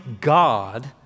God